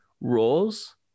roles